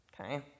Okay